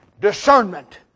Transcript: discernment